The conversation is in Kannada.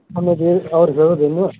ಹಲೋ ರೀ ಅವ್ರು ಹೇಳೋದು ಏನುವ